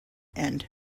end